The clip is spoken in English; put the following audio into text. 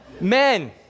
Men